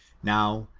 now,